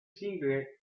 single